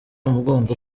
umugongo